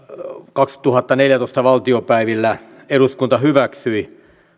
kaksituhattaneljätoista valtiopäivillä eduskunta hyväksyi